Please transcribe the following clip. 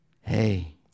Hey